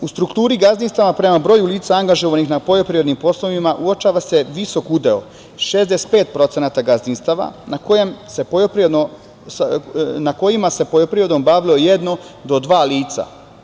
U strukturi gazdinstva prema broju lica angažovanih na poljoprivrednim poslovima uočava se visok udeo 65% gazdinstava na kojima se poljoprivredom bavilo jedno do dva lica.